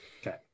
Okay